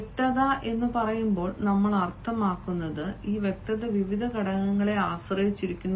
വ്യക്തത എന്ന് പറയുമ്പോൾ നമ്മൾ അർത്ഥമാക്കുന്നത് ഈ വ്യക്തത വിവിധ ഘടകങ്ങളെ ആശ്രയിച്ചിരിക്കുന്നു